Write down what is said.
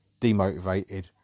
demotivated